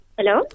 Hello